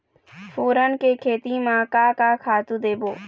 फोरन के खेती म का का खातू देबो?